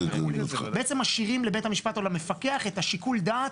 בעצם משאירים לבית המשפט או למפקח, את שיקול הדעת,